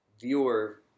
viewer